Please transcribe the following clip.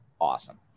awesome